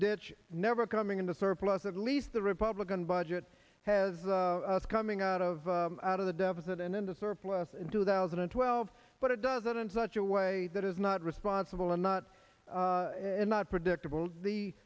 ditch never coming into surplus at least the republican budget has the coming out of out of the deficit and into surplus in two thousand and twelve but it does it in such a way that is not responsible and not in not predictable the